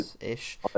ish